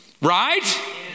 Right